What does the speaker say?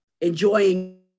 enjoying